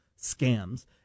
scams